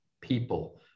people